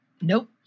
Nope